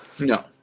No